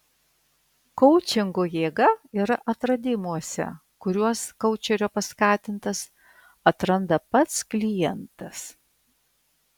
koučingo jėga yra atradimuose kuriuos koučerio paskatintas atranda pats klientas